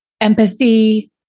empathy